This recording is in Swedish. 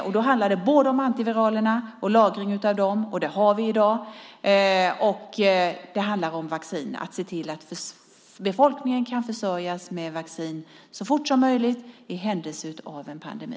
Det handlar om antiviralerna och lagringen av dem - och det har vi i dag - och om vaccin, om att se till att befolkningen kan försörjas med vaccin så fort som möjligt i händelse av en pandemi.